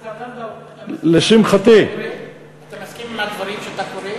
השר לנדאו, אתה מסכים עם מה שאתה קורא?